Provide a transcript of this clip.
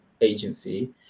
agency